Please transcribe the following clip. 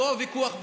פה יש ויכוח בינינו,